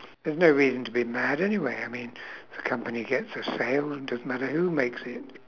there's no reason to be mad anyway I mean the company gets a sale it doesn't matter who makes it